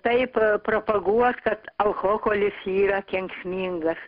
taip propaguot kad alkoholis yra kenksmingas